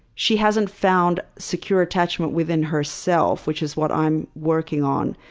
she hasn't found secure attachment within herself, which is what i'm working on.